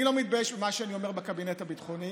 אני לא מתבייש במה שאני אומר בקבינט הביטחוני,